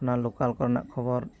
ᱚᱱᱟ ᱞᱳᱠᱟᱞ ᱠᱚᱨᱮᱱᱟᱜ ᱠᱷᱚᱵᱚᱨ